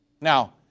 Now